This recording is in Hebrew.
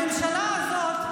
הממשלה הזאת,